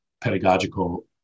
pedagogical